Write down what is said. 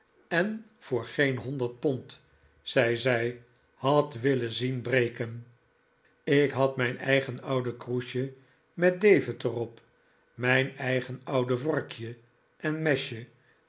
en voor geen honderd pond zei zij had willen zien breken ik had mijn eigen oude kroesje met david er op mijn eigen oude vorkje en mesje